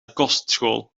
kostschool